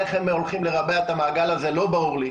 איך הם הולכים לרבע את המעגל הזה, לא ברור לי.